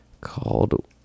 called